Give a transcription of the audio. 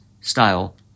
style